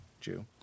jew